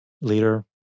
leader